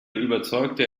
überzeugte